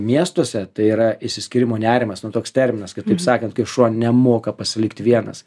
miestuose tai yra išsiskyrimo nerimas nu toks terminas kaip taip sakant kaip šuo nemoka pasilikt vienas